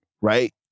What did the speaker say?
right